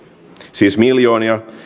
siis miljoonia